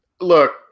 look